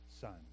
son